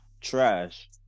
trash